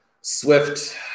Swift